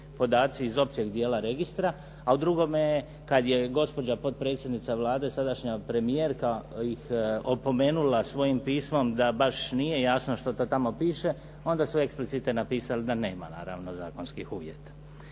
podaci iz općeg dijela registra, a u drugome kad je gospođa potpredsjednica Vlade sadašnja premijerka ih opomenula svojim pismom da baš nije jasno što to tamo piše onda su eksplicite napisali da nema naravno zakonskih uvjeta.